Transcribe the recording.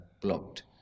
blocked